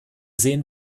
sehen